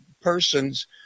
person's